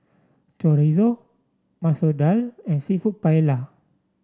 Chorizo Masoor Dal and seafood Paella